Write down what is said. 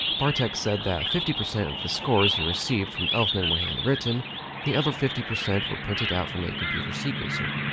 bartek said that fifty percent of the scores he received from elfman were handwritten, and the other fifty percent were printed out from a computer sequencer.